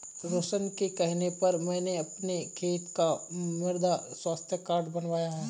रोशन के कहने पर मैं अपने खेत का मृदा स्वास्थ्य कार्ड बनवाया